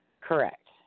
Correct